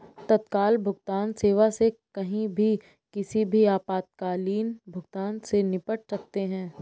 तत्काल भुगतान सेवा से कहीं भी किसी भी आपातकालीन भुगतान से निपट सकते है